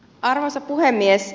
arvoisa puhemies